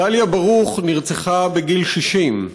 דליה ברוך נרצחה בגיל 60,